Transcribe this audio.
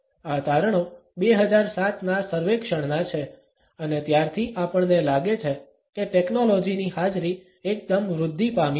આ તારણો 2007 ના સર્વેક્ષણના છે અને ત્યારથી આપણને લાગે છે કે ટેક્નોલોજીની હાજરી એકદમ વૃદ્ધિ પામી છે